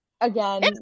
again